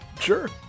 Sure